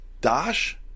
dash